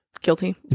Guilty